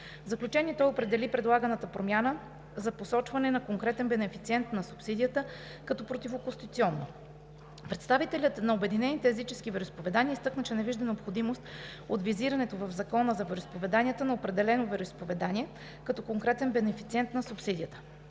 заключение той определи предлаганата промяна за посочване на конкретен бенефициент на субсидията като противоконституционна. Представителят на Обединените езически вероизповедания изтъкна, че не вижда необходимост от визирането в Закона за вероизповеданията на определено вероизповедание като конкретен бенефициент на субсидия.